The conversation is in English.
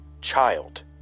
child